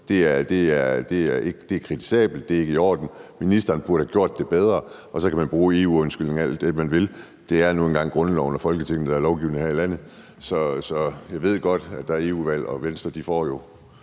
Det er kritisabelt, og det er ikke i orden. Ministeren burde have gjort det bedre. Og så kan man bruge EU-undskyldningen alt det, man vil. Det er nu engang grundloven og Folketinget, der er lovgivende her landet. Jeg ved godt, at der er europaparlamentsvalg, og Venstre får jo